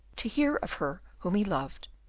to hear of her whom he loved,